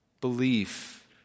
Belief